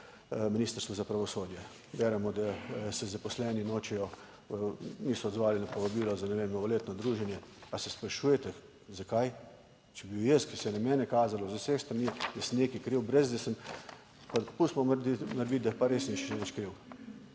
Ministrstvu za pravosodje. Beremo, da se zaposleni nočejo, niso odzvali na povabilo za, ne vem, novoletno druženje. Pa se sprašujete, zakaj? Če bi bil jaz, ki se je na mene kazalo z vseh strani, da sem nekaj kriv, brez, da sem, pustimo morebiti, da pa res ni nič kriv,